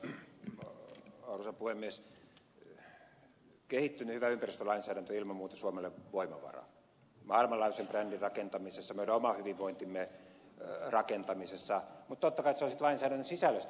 kehittynyt ja hyvä ympäristölainsäädäntö on ilman muuta suomelle voimavara maailmanlaajuisen brändin rakentamisessa meidän oman hyvinvointimme rakentamisessa mutta totta kai se on sitten lainsäädännön sisällöstä kiinni